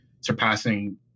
surpassing